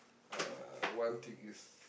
uh one thing is